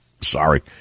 Sorry